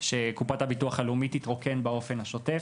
שקופת הביטוח הלאומי תתרוקן באופן השוטף,